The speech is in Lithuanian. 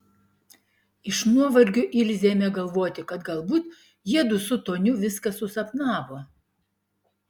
iš nuovargio ilzė ėmė galvoti kad galbūt jiedu su toniu viską susapnavo